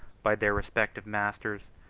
by their respective masters,